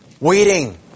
waiting